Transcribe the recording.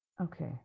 okay